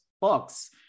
books